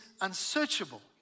unsearchable